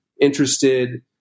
interested